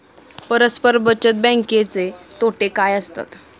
परस्पर बचत बँकेचे तोटे काय असतात?